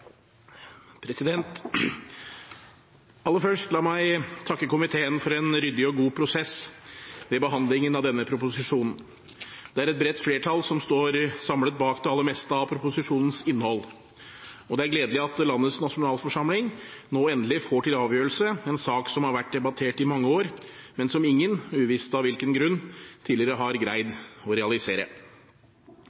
vedtatt Aller først: La meg takke komiteen for en ryddig og god prosess ved behandlingen av denne proposisjonen. Det er et bredt flertall som står samlet bak det aller meste av proposisjonens innhold. Det er gledelig at landets nasjonalforsamling nå endelig får til avgjørelse en sak som har vært debattert i mange år, men som ingen – uvisst av hvilken grunn – tidligere har greid